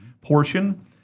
portion